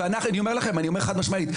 ואני אומר לכם אני אומר חד משמעית,